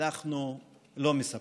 אנחנו לא מספקים.